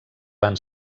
van